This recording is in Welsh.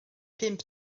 pump